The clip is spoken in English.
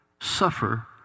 suffer